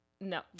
No